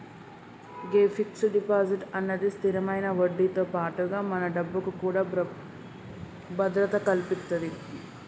గే fix deposit అన్నది స్థిరమైన వడ్డీతో పాటుగా మన డబ్బుకు కూడా భద్రత కల్పితది